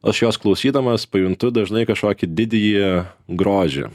aš jos klausydamas pajuntu dažnai kažkokį didįjį grožį